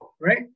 right